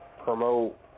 promote